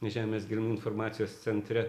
žemės gelmių informacijos centre